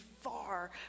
far